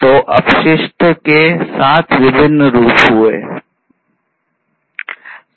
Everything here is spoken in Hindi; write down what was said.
तो अपशिष्ट के 7 विभिन्न रूप है